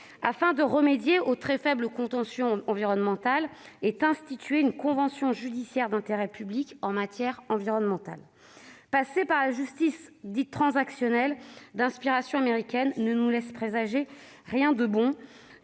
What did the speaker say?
Afin de remédier au très faible contentieux environnemental est instituée une convention judiciaire d'intérêt public en matière environnementale. Passer par la justice dite « transactionnelle », d'inspiration américaine, ne nous laisse présager rien de bon